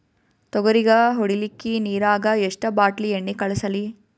ತೊಗರಿಗ ಹೊಡಿಲಿಕ್ಕಿ ನಿರಾಗ ಎಷ್ಟ ಬಾಟಲಿ ಎಣ್ಣಿ ಕಳಸಲಿ?